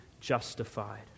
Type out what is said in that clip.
justified